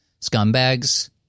scumbags